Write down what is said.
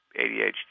ADHD